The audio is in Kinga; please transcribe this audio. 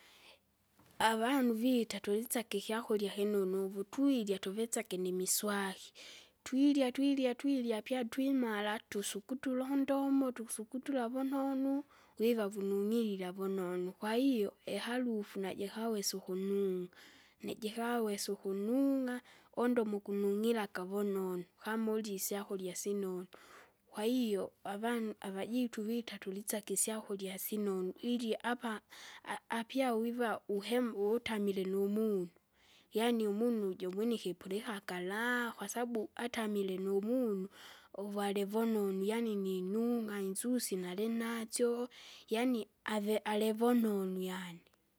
avanu vita tulisake ikyakurya kinunu uvu, twirya tuvitsake nimiswaki, twirya twirya twirya apyatwimara, tusukuture undomo, tukusukutura vunonu, wiva vunung'ilila vunonu. Kwahiyo iharufu najikawesa ukunung'a, nijikawesa ukunung'a, undomo ukunung'iraka vunonu, kama urye isyakura sinonu. Kwahiyo avanu avajitu vita tulitsake isyakurya sinonu, ili apa a- a- apyawiva uhemu uvutamile numunu. Yaani umunu jomwinike ipilika akaraha kwasbu, atamile numunu uvyalivonuni yaani ninung'a insusi nasinasyo, yaani ave alivonunwi yaani.